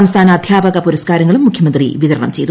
സംസ്ഥാന അദ്ധ്യാപക പുരസ്കാരങ്ങളും മുഖ്യമന്ത്രി വിതരണം ചെയ്തു